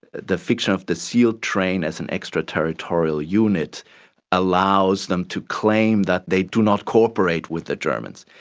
the fiction of the sealed train as an extraterritorial unit allows them to claim that they do not cooperate with the germans.